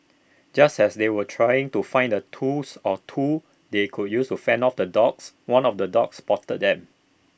just as they were trying to find A tools or two they could use to fend off the dogs one of the dogs spotted them